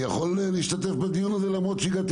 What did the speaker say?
אני יכול להשתתף בדיון הזה למרות שהגעתי